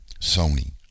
Sony